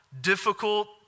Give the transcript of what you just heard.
difficult